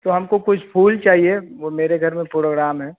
तो हम को कुछ फूल चाहिए वो मेरे घर में प्रोग्राम है